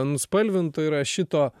nuspalvintų yra šito